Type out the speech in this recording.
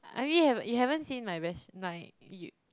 I mean you have you haven't seen my best my